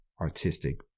artistic